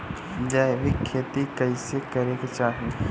जैविक खेती कइसे करे के चाही?